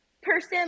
person